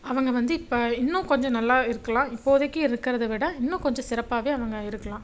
அவங்க வந்து இப்போ இன்னும் கொஞ்சம் நல்லா இருக்கலாம் இப்போதைக்கு இருக்கிறத விட இன்னும் கொஞ்சம் சிறப்பாகவே அவங்க இருக்கலாம்